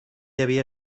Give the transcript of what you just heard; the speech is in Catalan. havia